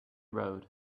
road